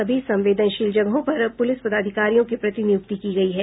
सभी संवेदनशील जगहों पर पुलिस पदाधिकारियों की प्रतिनियुक्ति की गयी है